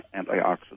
antioxidant